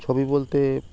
ছবি বলতে